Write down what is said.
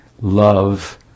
love